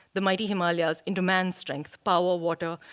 the mighty himalayas, into man's strength, power, water,